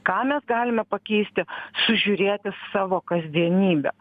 ką mes galime pakeisti sužiūrėti savo kasdienybę